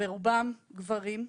ברובם גברים,